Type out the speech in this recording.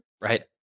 Right